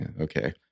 okay